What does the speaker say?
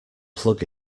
plug